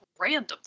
randomly